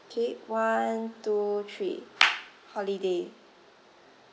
K one two three holiday